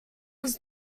was